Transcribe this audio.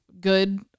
good